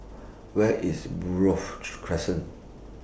Where IS Buroh Crescent